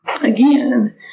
again